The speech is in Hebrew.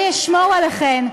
אני אשמור עליכן.